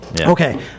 Okay